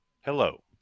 hello